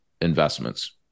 investments